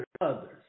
others